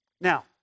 Now